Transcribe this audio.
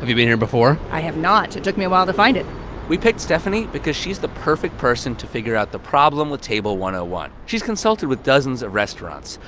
have you been here before? i have not. it took me a while to find it we picked stephanie because she's the perfect person to figure out the problem with table one hundred and one. she's consulted with dozens of restaurants.